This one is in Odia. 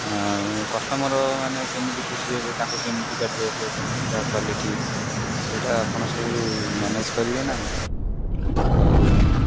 ଆଉ କଷ୍ଟମର ମାନେ କେମିତି ଖୁସି ହେବେ ତାଙ୍କୁ କେମିତିକା ଡ୍ରେସ୍ କେମିତିକା କ୍ଵାଲିଟି ଏଇଟା ଆପଣ ସବୁ ମ୍ୟାନେଜ୍ କରିବେ ନା ନାହିଁ ଆଉ